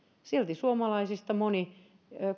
silti suomalaisista moni